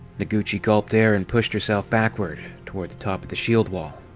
noguchi gulped air and pushed herself backward, toward the top of the shield wall.